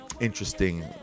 interesting